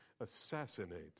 assassinate